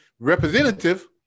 representative